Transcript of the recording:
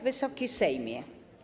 Wysoki Sejmie!